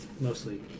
mostly